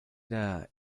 era